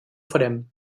farem